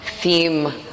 theme